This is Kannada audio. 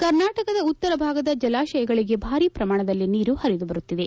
ಕರ್ನಾಟಕದ ಉತ್ತರ ಭಾಗದ ಜಲಾಶಯಗಳಿಗೆ ಭಾರೀ ಪ್ರಮಾಣದಲ್ಲಿ ನೀರು ಪರಿದುಬರುತ್ತಿದೆ